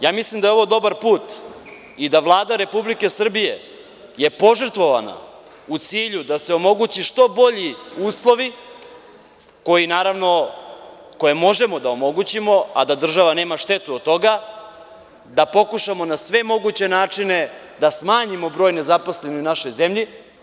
Ja mislim da je ovo dobar put i da Vlada Republike Srbije je požrtvovana u cilju da se omogući što bolji uslovi koje naravno možemo da omogućimo a da država nema štetu od toga, da pokušamo na sve moguće načine da smanjimo broj nezaposlenih u našoj zemlji.